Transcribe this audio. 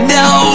no